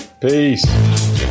Peace